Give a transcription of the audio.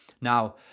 Now